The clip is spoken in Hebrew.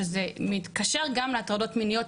שזה מתקשר גם להטרדות מיניות,